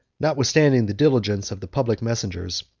notwithstanding the diligence of the public messengers,